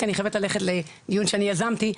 כי אני חייבת ללכת לדיון שאני יזמתי,